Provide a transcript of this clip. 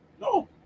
No